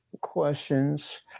questions